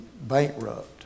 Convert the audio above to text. bankrupt